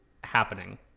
happening